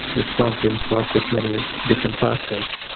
these clock genes work with many ah different pathways.